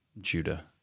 Judah